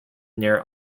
near